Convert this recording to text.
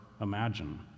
imagine